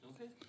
Okay